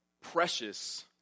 precious